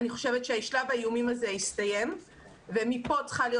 אני חושב ששלב האיומים הזה הסתיים ומפה צריכה להיות